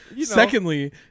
Secondly